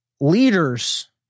leaders